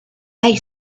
they